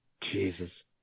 Jesus